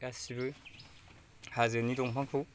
गासिबो हाजोनि दंफांखौ